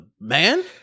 man